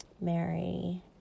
Mary